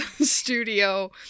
studio